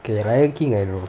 okay lion king I know